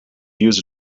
user